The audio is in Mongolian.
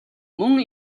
мөн